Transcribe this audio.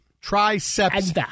Triceps